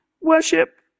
worship